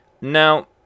Now